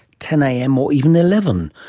ten am or even eleven.